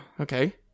okay